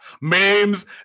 memes